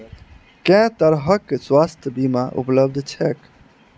केँ तरहक स्वास्थ्य बीमा उपलब्ध छैक?